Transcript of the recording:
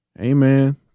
Amen